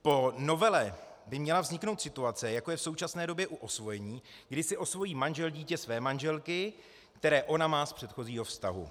Po novele by měla vzniknout situace, jako je v současné době u osvojení, kdy si osvojí manžel dítě své manželky, které ona má z předchozího vztahu.